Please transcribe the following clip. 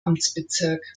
amtsbezirk